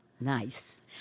Nice